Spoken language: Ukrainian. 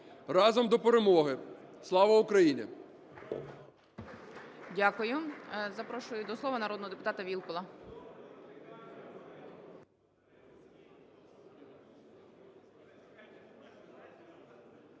Разом до перемоги! Слава Україні!